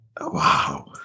Wow